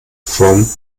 vom